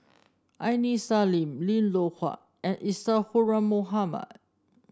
Aini Salim Lim Loh Huat and Isadhora Mohamed